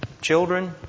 children